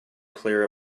clear